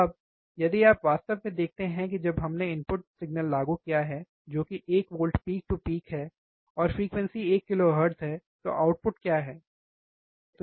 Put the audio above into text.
अब यदि आप वास्तव में देखते हैं कि जब हमने इनपुट सिग्नल लागू किया है जो कि एक वोल्ट पीक टू पीक है और फ्रीक्वेंसी एक किलोहर्ट्ज़ है तो आउटपुट क्या है